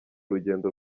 rugendo